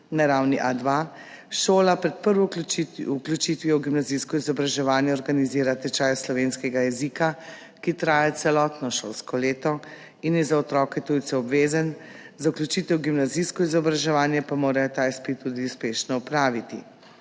na ravni A2, šola pred prvo vključitvijo v gimnazijsko izobraževanje organizira tečaj slovenskega jezika, ki traja celotno šolsko leto in je za otroke tujce obvezen, za vključitev v gimnazijsko izobraževanje pa morajo ta izpit tudi uspešno opraviti.